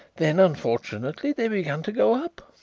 then, unfortunately, they began to go up.